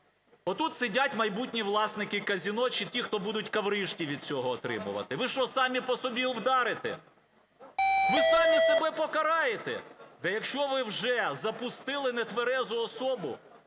отут сидять майбутні власники казино чи ті, хто будуть коврижки від цього отримувати, ви що самі по собі вдарите? Ви самі себе покараєте? Да якщо ви вже запустили нетверезу особу,